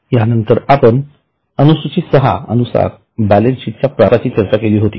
यानंतर आपण अनुसूची सहा अनुसार बॅलन्सशीटच्या प्रारूपाची चर्चा केली होती